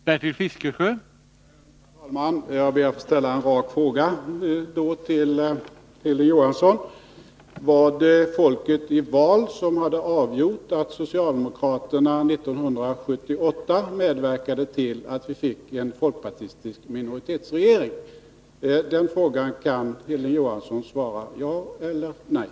Herr talman! Jag ber då att få ställa en rak fråga till Hilding Johansson: Var det folket i val som hade bestämt att socialdemokraterna 1978 skulle medverka till att vi fick en folkpartistisk minoritetsregering? På den frågan kan Hilding Johansson svara ja eller nej.